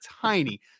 tiny